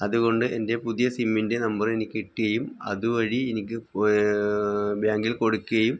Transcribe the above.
അതു കൊണ്ട് എൻ്റെ പുതിയ സിമ്മിൻ്റെ നമ്പർ എനിക്ക് കിട്ടുകയും അതു വഴി എനിക്ക് ബാങ്കിൽ കൊടുക്കുകയും